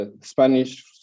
Spanish